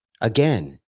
again